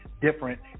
different